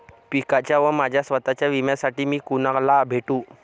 पिकाच्या व माझ्या स्वत:च्या विम्यासाठी मी कुणाला भेटू?